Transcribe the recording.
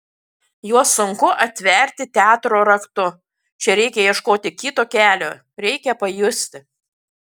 juos sunku atverti teatro raktu čia reikia ieškoti kito kelio reikia pajusti